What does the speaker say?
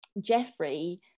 jeffrey